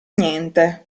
niente